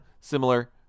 similar